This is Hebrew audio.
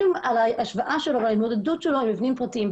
על ההשוואה שלו וההתמודדות שלו עם מבנים פרטיים.